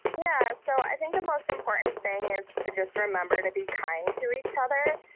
yeah so i think the most important thing is to just remember to be kind to each other.